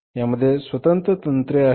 यामध्ये स्वतंत्र तंत्रे आहेत